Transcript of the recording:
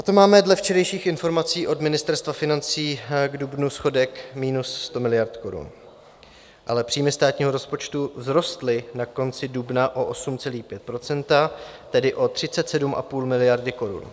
A to máme dle včerejších informací od Ministerstva financí k dubnu schodek minus 100 miliard korun, ale příjmy státního rozpočtu vzrostly na konci dubna o 8,5 %, tedy o 37,5 miliardy korun.